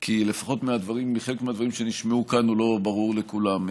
כי לפחות מחלק מהדברים שנשמעו כאן הוא לא ברור לכולם.